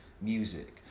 music